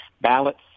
ballots